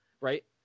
right